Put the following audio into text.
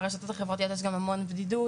ברשתות החברתיות יש גם המון בדידות